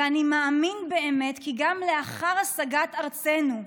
ואני מאמין באמת כי גם לאחר השגת ארצנו,